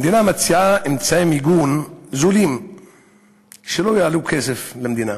המדינה מציעה אמצעי מיגון זולים שלא יעלו כסף למדינה.